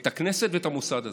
את הכנסת ואת המוסד הזה.